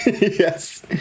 yes